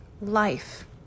life